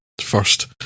first